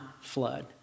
flood